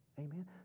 Amen